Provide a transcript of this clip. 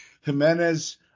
Jimenez